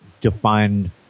defined